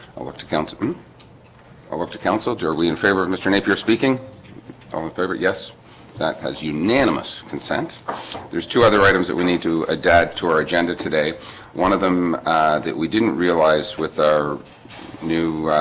i looked at councilman i looked at council durably in favor of mr. napier speaking um favorite. yes that has unanimous consent there's two other items that we need to adapt to our agenda today one of them that we didn't realize with our new